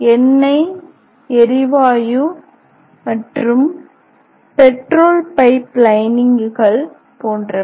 எண்ணெய் எரிவாயு மற்றும் பெட்ரோல் பைப் லைனிங்குகள் போன்றவை